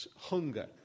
hunger